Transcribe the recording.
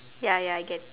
ya ya I get it